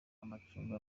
amacumbi